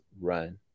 run